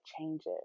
changes